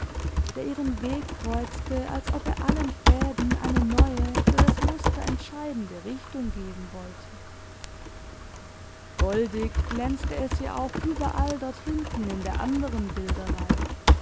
der ihren weg kreuzte als ob er allen fäden eine neue für das muster entscheidende richtung geben wollte goldig glänzte es ja auch überall dort hinten in der anderen